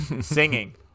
Singing